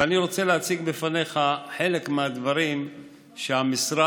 ואני רוצה להציג בפניך חלק מהדברים שהמשרד,